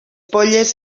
polles